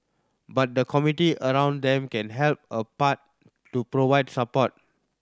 but the community around them can help a part to provide support